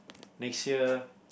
next year